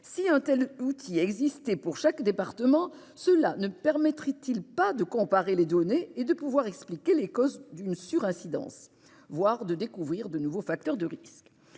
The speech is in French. Si un tel outil existait pour chaque département, cela ne permettrait-il pas de comparer les données, d'expliquer potentiellement les causes d'une surincidence, voire de découvrir de nouveaux facteurs de risque ?